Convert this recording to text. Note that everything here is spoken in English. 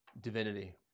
divinity